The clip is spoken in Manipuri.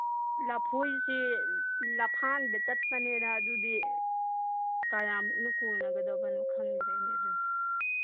ꯂꯐꯣꯏꯁꯤ ꯂꯐꯥꯡꯗ ꯆꯠꯄꯤꯅ ꯑꯗꯨꯗꯤ ꯀꯌꯥꯃꯨꯛꯅ ꯀꯣꯟꯅꯒꯗꯕꯅꯣ ꯈꯪꯗ꯭ꯔꯦꯅꯦ ꯑꯗꯨꯗꯤ